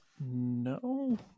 No